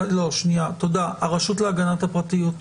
הרשות להגנת הפרטיות.